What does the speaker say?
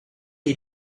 thì